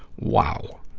wow.